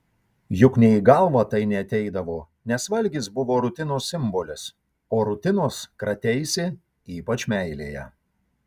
juk nė į galvą tai neateidavo nes valgis buvo rutinos simbolis o rutinos krateisi ypač meilėje